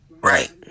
Right